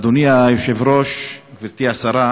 אדוני היושב-ראש, גברתי השרה,